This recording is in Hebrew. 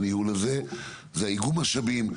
זה ארגון משאבים,